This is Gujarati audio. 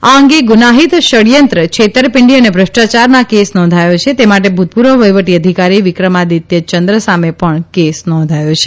આ અંગે ગુનાહિત ષડચંત્ર છેતરપીંડી અને ભ્રષ્ટાયારના કેસ નોંધાયો છે તે માટે ભૂતપૂર્વ વહીવટી અધિકારી વિક્રમાદિત્ય ચંદ્ર સામે પણ કેસ નોંધ્યો છે